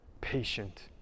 patient